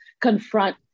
confront